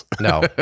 No